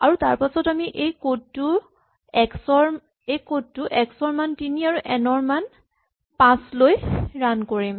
আৰু তাৰপাছত আমি এই কড টো এক্স ৰ মান তিনি আৰু এন ৰ মান পাঁচ লৈ ৰান কৰিম